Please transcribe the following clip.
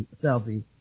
selfie